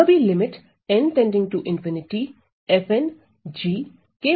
यह भी lim n के बराबर हैं